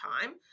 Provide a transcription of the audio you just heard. time